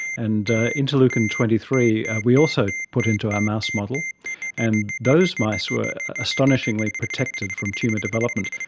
and interleukin twenty three we also put into our mouse model and those mice were astonishingly protected from tumour development.